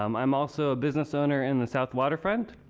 um i'm also a business owner in the south waterfront.